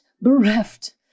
bereft